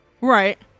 Right